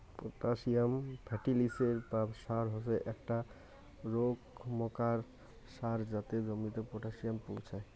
potassium ফার্টিলিসের বা সার হসে একটো রোকমকার সার যাতে জমিতে পটাসিয়াম পোঁছাই